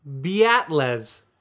Beatles